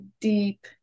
deep